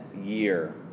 year